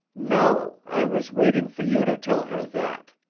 no. i was waiting for you to tell her that.